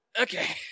Okay